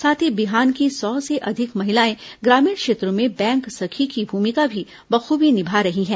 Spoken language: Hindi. साथ ही बिहान की सौ से अधिक महिलाएं ग्रामीण क्षेत्रों में बैंक सखी की भूमिका भी बखूबी निभा रही है